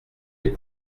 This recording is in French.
les